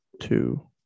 two